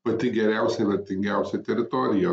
pati geriausia vertingiausia teritorija